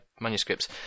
manuscripts